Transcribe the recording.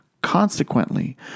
Consequently